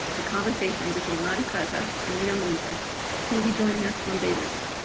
a conversation between madhu kaza and lina mounzer who will be joining us from beirut.